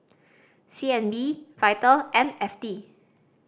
C N B Vital and F T